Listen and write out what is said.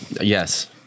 Yes